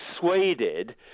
persuaded